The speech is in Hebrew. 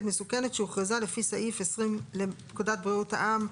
מסוכנת שהוכרזה לפני סעיף 20 לפקודת בריאות העם,